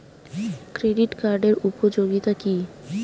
Credit কার্ডের উপযোগিতা কি?